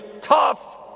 tough